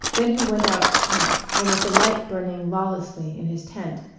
then he went out to camp, and with the light burning lawlessly in his tent,